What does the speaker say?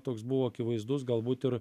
toks buvo akivaizdus galbūt ir